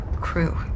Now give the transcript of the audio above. crew